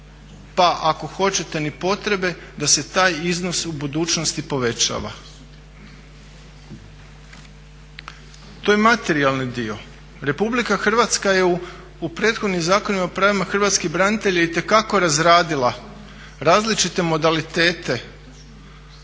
pa ako hoćete ni potrebe da se taj iznos u budućnosti povećava. To je materijalni dio. Republika Hrvatska je u prethodnim zakonima o pravima hrvatskih branitelja itekako razradila različite modalitete